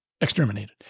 exterminated